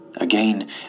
Again